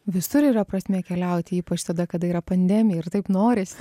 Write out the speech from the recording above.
visur yra prasmė keliauti ypač tada kada yra pandemija ir taip norisi